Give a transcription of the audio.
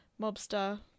mobster